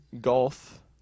Golf